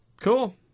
Cool